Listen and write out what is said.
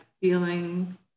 feeling